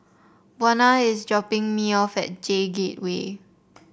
Buna is dropping me off at J Gateway